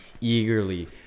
eagerly